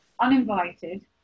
uninvited